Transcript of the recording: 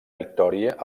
victòria